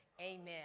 Amen